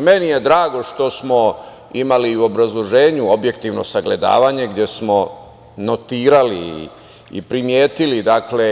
Meni je drago što smo imali u obrazloženju objektivno sagledavanje gde smo notirali i primetili